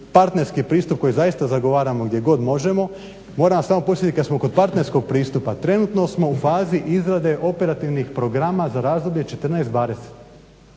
partnerski pristup koji zaista zagovaramo gdje god možemo. Moram vas samo podsjetiti kad smo kod partnerskog pristupa trenutno smo u fazi izrade operativnih programa za razdoblje 14:20.